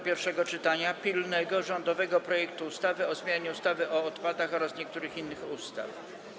Pierwsze czytanie pilnego rządowego projektu ustawy o zmianie ustawy o odpadach oraz niektórych innych ustaw.